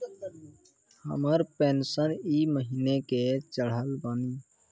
हमर पेंशन ई महीने के चढ़लऽ बानी?